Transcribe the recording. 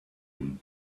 him